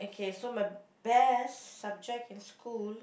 okay so my best subject in school